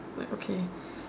like okay